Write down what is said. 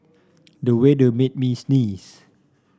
the weather made me sneeze